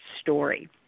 story